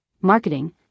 marketing